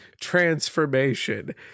transformation